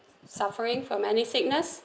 suffering from any sickness